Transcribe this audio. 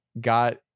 got